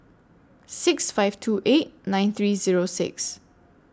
six five two eight nine three Zero six